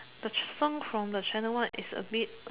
the song from the China one is a bit